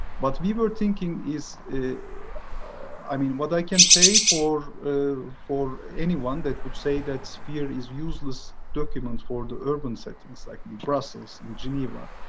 but we but are thinking is i mean, what i can say for for anyone that would say that sphere is useless documents for the urban settings like brussels in geneva.